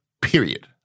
period